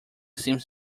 seems